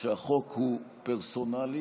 שהחוק הוא פרסונלי